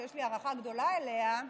שיש לי הערכה גדולה אליה,